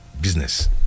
business